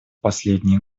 последние